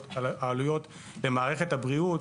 העלויות במערכת הבריאות